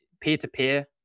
peer-to-peer